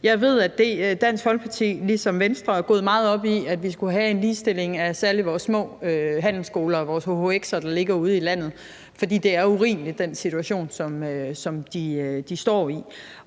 Jeg ved, at Dansk Folkeparti ligesom Venstre er gået meget op i, at vi skulle have en ligestilling af særlig vores små handelsskoler og vores hhx'er, der ligger ude i landet, for den situation, de står i,